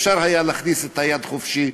אפשר היה להכניס את היד חופשי,